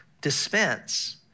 dispense